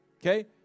Okay